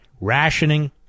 rationing